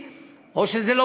או שזה תקציבי,